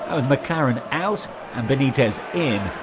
with mcclaren out and benitez in,